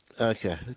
Okay